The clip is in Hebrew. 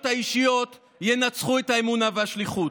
האישיות ינצחו את האמונה והשליחות,